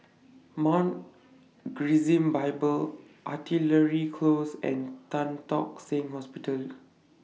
Mount Gerizim Bible Artillery Close and Tan Tock Seng Hospital